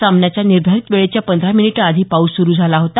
सामन्याच्या निर्धारित वेळेच्या पंधरा मिनिटं आधी पाऊस सुरू झाला होता